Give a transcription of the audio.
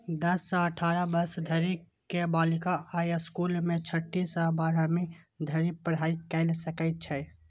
दस सं अठारह वर्ष धरि के बालिका अय स्कूल मे छठी सं बारहवीं धरि पढ़ाइ कैर सकै छै